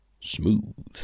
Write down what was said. Smooth